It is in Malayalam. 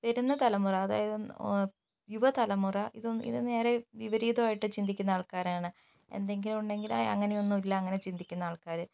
വരുന്ന തലമുറ അതായത് യുവതലമുറ ഇത് ഇതിനു നേരെ വിപരീതമായിട്ട് ചിന്തിക്കുന്ന ആൾക്കാരാണ് എന്തെങ്കിലുമുണ്ടെങ്കിൽ അങ്ങനെയൊന്നുമില്ല അങ്ങനെ ചിന്തിക്കുന്ന ആൾക്കാര്